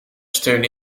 steun